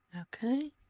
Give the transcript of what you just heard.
Okay